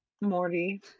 Morty